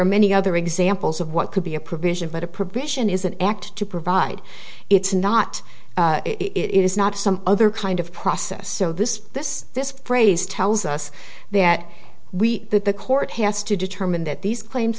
are many other examples of what could be a provision but a provision is an act to provide it's not it is not some other kind of process so this this this phrase tells us that we that the court has to determine that these claims